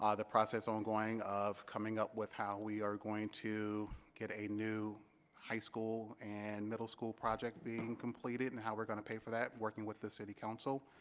the process ongoing of coming up with how we are going to get a new high school and middle school project being completed and how we're going to pay for that working with the city council.